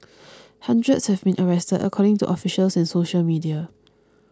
hundreds have been arrested according to officials and social media